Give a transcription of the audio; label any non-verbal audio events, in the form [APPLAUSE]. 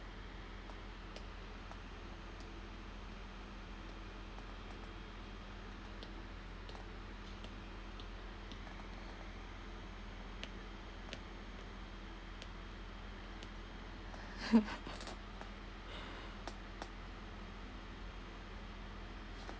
[LAUGHS]